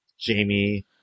Jamie